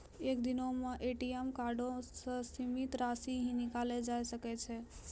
एक दिनो मे ए.टी.एम कार्डो से सीमित राशि ही निकाललो जाय सकै छै